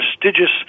prestigious